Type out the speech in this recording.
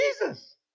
Jesus